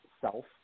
self